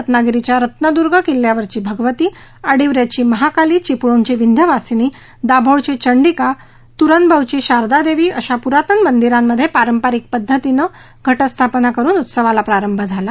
रत्नागिरीच्या रत्नदर्र्ग किल्ल्यावरची भगवती आडिवऱ्याची महाकाली चिपळणची विंध्यवासिनी दाभोळची चंडिका तुरंबवची शारदादेवी अशा प्रातन मंदिरांमध्ये पारंपरिक पद्धतीनं घटस्थापना करून उत्सवाला प्रारंभ झाला